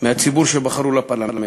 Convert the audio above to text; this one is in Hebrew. מהציבור שבחר לפרלמנט.